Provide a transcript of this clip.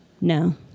No